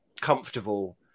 comfortable